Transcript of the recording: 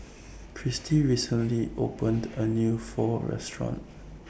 Christy recently opened A New Pho Restaurant